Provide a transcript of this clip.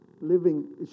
Living